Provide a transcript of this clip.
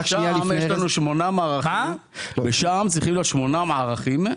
שם צריכים להיות שמונה מערכים,